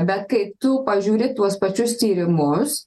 bet kai tu pažiūri tuos pačius tyrimus